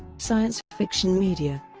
science fiction media